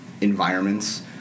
environments